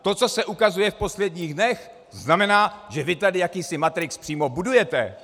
To, co se ukazuje v posledních dnech, znamená, že vy tady jakýsi matrix přímo budujete.